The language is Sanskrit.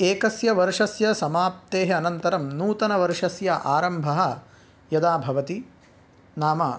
एकस्य वर्षस्य समाप्तेः अनन्तरं नूतनवर्षस्य आरम्भः यदा भवति नाम